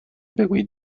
بگویید